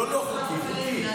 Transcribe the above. לא לא חוקי, חוקי.